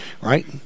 right